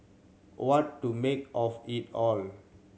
what to make of it all